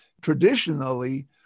Traditionally